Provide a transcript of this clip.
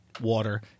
water